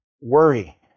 Worry